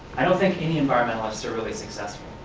i don't think any environmentalists are really successful.